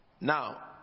Now